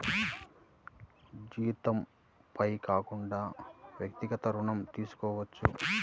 జీతంపై కాకుండా వ్యక్తిగత ఋణం తీసుకోవచ్చా?